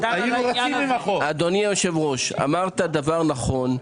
אדוני היושב-ראש, אמרת דבר נכון: